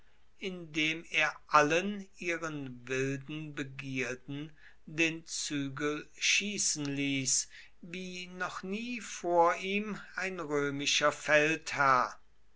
indem er allen ihren wilden begierden den zügel schießen ließ wie noch nie vor ihm ein römischer